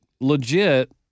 legit